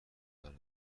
علاقه